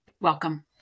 Welcome